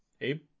abe